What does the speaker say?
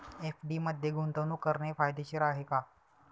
FD मध्ये गुंतवणूक करणे फायदेशीर आहे का?